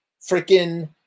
freaking